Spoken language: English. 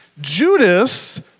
Judas